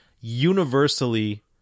universally